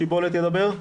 שבלת ידבר?